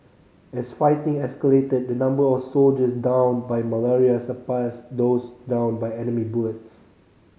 as fighting escalated the number of soldiers downed by Malaria surpassed those downed by enemy bullets